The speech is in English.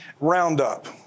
Roundup